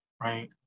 right